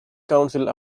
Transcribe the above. council